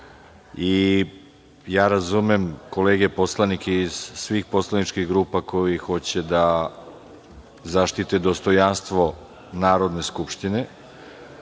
reda. Razumem kolege poslanike iz svih poslaničkih grupa koji hoće da zaštite dostojanstvo Narodne skupštine,